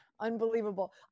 Unbelievable